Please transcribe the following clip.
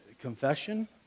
confession